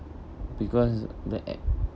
because the ac~